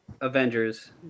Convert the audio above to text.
Avengers